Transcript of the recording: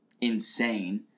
insane